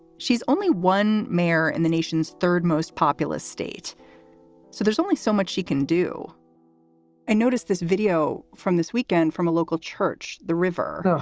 she's only one mayor in the nation's third most populous state. so there's only so much she can do i noticed this video from this weekend from a local church, the river.